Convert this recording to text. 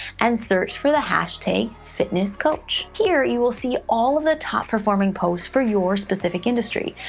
and search for the hashtag fitness coach. here you will see all of the top performing posts for your specific industry.